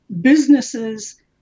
businesses